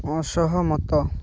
ଅସହମତ